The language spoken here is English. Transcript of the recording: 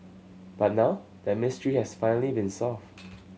but now that mystery has finally been solved